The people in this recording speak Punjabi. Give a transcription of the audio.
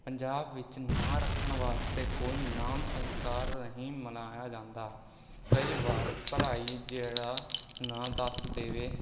ਪੰਜਾਬ ਵਿੱਚ ਨਾਂ ਰੱਖਣ ਵਾਸਤੇ ਕੋਈ ਨਾਮ ਸੰਸਕਾਰ ਨਹੀਂ ਮਨਾਇਆ ਜਾਂਦਾ ਕਈ ਵਾਰ ਭਰਾਈ ਜਿਹੜਾ ਨਾਂ ਦੱਸ ਦੇਵੇ